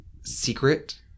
secret